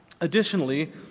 Additionally